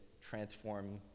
Transform